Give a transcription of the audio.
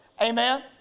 Amen